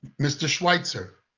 mr. schweitzer?